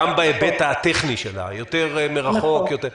גם בהיבט הטכני שלה: יותר מרחוק.